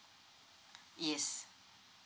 yes